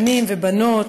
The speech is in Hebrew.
בנים ובנות,